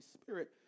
Spirit